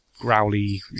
growly